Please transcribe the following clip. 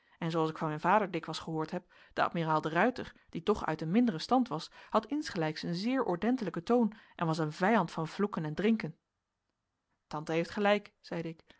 en zooals ik van mijn vader dikwijls gehoord heb de admiraal de ruyter die toch uit een minderen stand was had insgelijks een zeer ordentelijken toon en was een vijand van vloeken en drinken tante heeft gelijk zeide ik